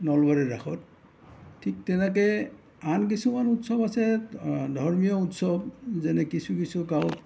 নলবাৰীৰ ৰাসত ঠিক তেনেকৈ আন কিছুমান উৎসৱ আছে ধৰ্মীয় উৎসৱ যেনে কিছু কিছু গাঁৱত